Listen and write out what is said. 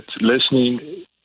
listening